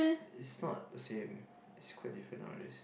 it's not the same it's quite different nowadays